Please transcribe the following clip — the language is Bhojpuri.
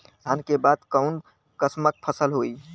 धान के बाद कऊन कसमक फसल होई?